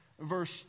verse